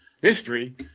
history